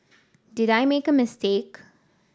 did I make a mistake